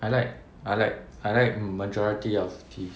I like I like I like majority of tea